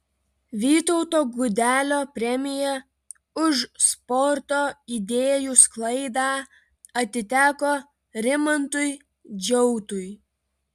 vytauto gudelio premija už sporto idėjų sklaidą atiteko rimantui džiautui